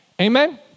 Amen